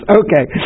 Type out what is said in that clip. okay